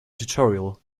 tutorial